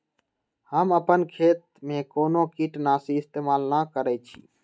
हम अपन खेत में कोनो किटनाशी इस्तमाल न करई छी